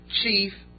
chief